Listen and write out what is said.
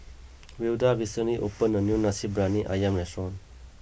Wilda recently opened a new Nasi Briyani Ayam restaurant